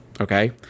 okay